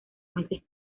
meses